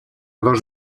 dos